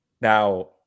Now